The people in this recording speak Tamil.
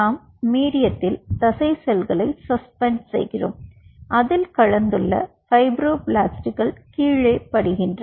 நாம் மீடியத்தில் தசை செல்களை சஸ்பெண்ட் செய்கிறோம் அதில் கலந்துள்ள ஃபைப்ரோபிளாஸ்ட்கள் கீழே படிகின்றன